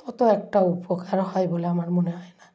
ততো একটা উপকার হয় বলে আমার মনে হয় না